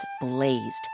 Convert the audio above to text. blazed